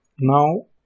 Now